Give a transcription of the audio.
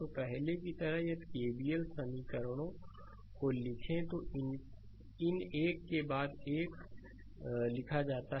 तो पहले की तरह यदि केवीएल समीकरणों को लिखें तो इन एक के लिए बाद में लिखा जाता है